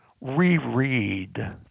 reread